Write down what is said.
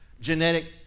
genetic